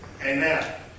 Amen